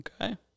okay